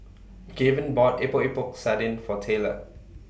Gaven bought Epok Epok Sardin For Taylor